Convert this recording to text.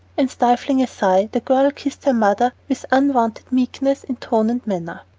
and stifling a sigh, the girl kissed her mother with unwonted meekness in tone and manner.